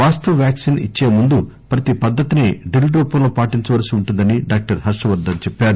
వాస్తవ వ్యాక్సిన్ ఇచ్చే ముందు ప్రతి పద్దతిని డ్రీల్ రూపంలో పాటించవలసి వుంటుందని డాక్టర్ హర్షవర్దన్ చెప్పారు